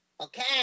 Okay